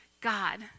God